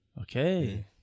Okay